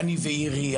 ׳אני ועירי׳,